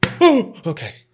Okay